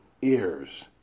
ears